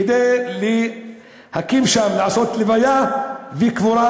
כדי לקיים שם לוויה וקבורה,